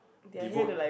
devote